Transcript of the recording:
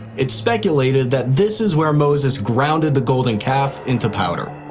it's speculated that this is where moses grounded the golden calf into powder.